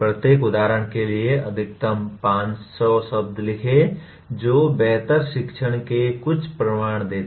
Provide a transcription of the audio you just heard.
प्रत्येक उदाहरण के लिए अधिकतम 500 शब्द लिखें जो बेहतर शिक्षण के कुछ प्रमाण देते हैं